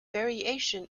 variation